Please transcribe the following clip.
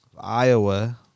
Iowa